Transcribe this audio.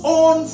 on